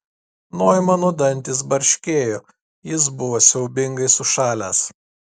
noimano dantys barškėjo jis buvo siaubingai sušalęs